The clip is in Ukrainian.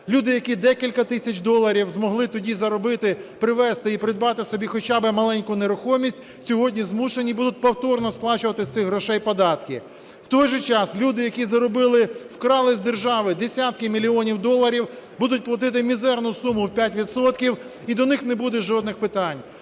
Люди, які декілька тисяч доларів змогли тоді заробити, привезти і придбати собі хоча би маленьку нерухомість, сьогодні змушені будуть повторно сплачувати з цих грошей податки. В той же час люди, які заробили... вкрали з держави десятки мільйонів доларів, будуть платити мізерну суму в 5 відсотків, і до них не буде жодних питань.